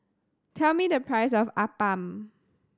tell me the price of appam